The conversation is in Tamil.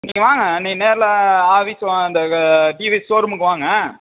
நீங்கள் வாங்க நீங்கள் நேர்ல ஆஃபீஸ் வா இந்த இது டிவி ஸோரூமுக்கு வாங்க